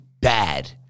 bad